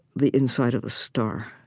the inside of a star